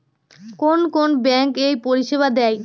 কোন কোন ব্যাঙ্ক এই পরিষেবা দেয়?